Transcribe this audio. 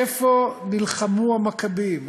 איפה נלחמו המכבים?